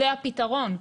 זה הפתרון,